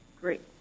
Great